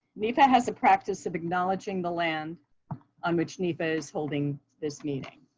nefa has a practice of acknowledging the land on which nefa is holding this meeting.